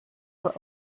for